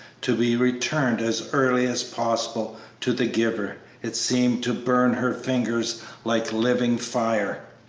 to be returned as early as possible to the giver it seemed to burn her fingers like living fire.